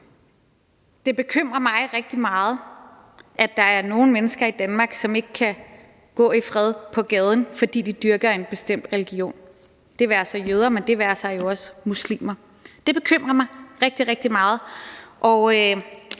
Det bekymrer mig rigtig meget, at der er nogle mennesker i Danmark, som ikke kan gå i fred på gaden, fordi de dyrker en bestemt religion. Det være sig jøder, men det være sig også muslimer. Det bekymrer mig rigtig, rigtig